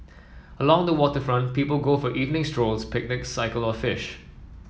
along the waterfront people go for evening strolls picnics cycle or fish